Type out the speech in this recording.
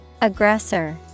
Aggressor